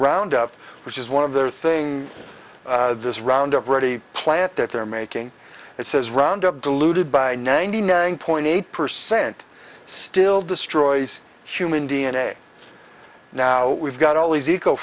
round up which is one of their thing this roundup ready plant that they're making it says roundup diluted by ninety nine point eight percent still destroys human d n a now we've got all these e